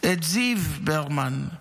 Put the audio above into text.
את זיו ברמן,